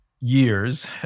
years